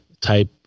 type